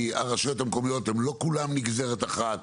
כי הרשויות המקומיות לא כולן נגזרת אחת,